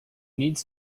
needs